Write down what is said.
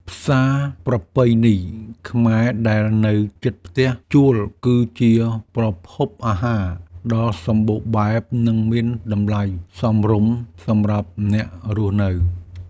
ផ្សារប្រពៃណីខ្មែរដែលនៅជិតផ្ទះជួលគឺជាប្រភពអាហារដ៏សម្បូរបែបនិងមានតម្លៃសមរម្យសម្រាប់អ្នករស់នៅ។